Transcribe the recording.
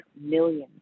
millions